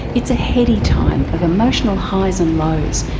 it's a heady time of emotional highs and lows,